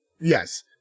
Yes